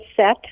set